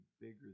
bigger